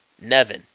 Nevin